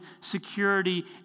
security